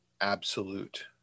absolute